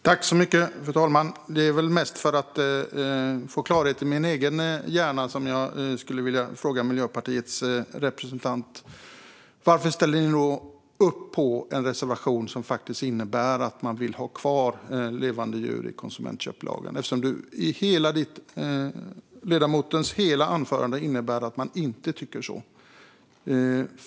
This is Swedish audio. Fru talman! För att få klarhet i min egen hjärna vill jag fråga Miljöpartiets representant varför de ställer sig bakom en reservation som faktiskt innebär att ha kvar levande djur i konsumentköplagen. Ledamotens hela anförande gick ut på att de inte tycker så.